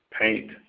paint